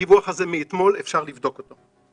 הדיווח הזה הוא מאתמול, אפשר לבדוק אותו.